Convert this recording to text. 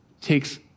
takes